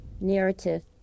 narrative